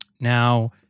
Now